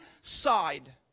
side